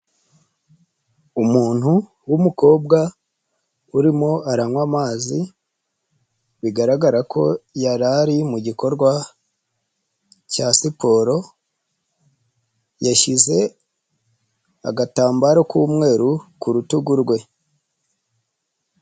Umuntu w'umukobwa urimo aranywa amazi bigaragara ko yarari mu gikorwa cya siporo, yashyize agatambaro k'umweru ku rutugu rwe.